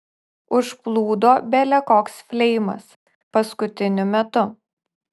užplūdo bele koks fleimas paskutiniu metu